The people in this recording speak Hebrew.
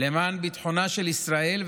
למען ביטחונה של ישראל,